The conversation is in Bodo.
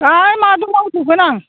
होइ मादै मावजोबगोन आं